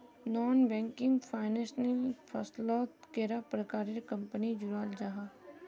Non banking financial फसलोत कैडा प्रकारेर कंपनी जुराल जाहा?